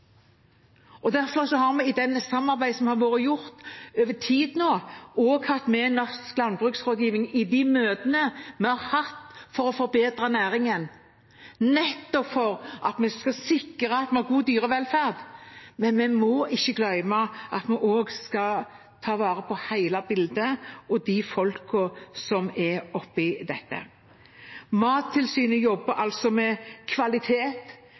har vi i det samarbeidet som har vært over tid nå, også hatt med Norsk Landbruksrådgiving i de møtene vi har hatt for å forbedre næringen, nettopp for at vi skal sikre at vi har god dyrevelferd. Men vi må ikke glemme at vi også skal ta vare på hele bildet og de folkene som er oppe i dette. Mattilsynet jobber altså med kvalitet,